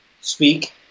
speak